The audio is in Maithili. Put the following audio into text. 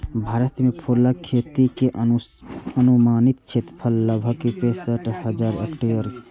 भारत मे फूलक खेती के अनुमानित क्षेत्रफल लगभग पैंसठ हजार हेक्टेयर छै